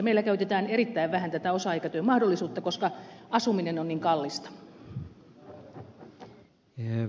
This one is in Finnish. meillä käytetään erittäin vähän tätä osa aikatyön mahdollisuutta koska asuminen on niin kallista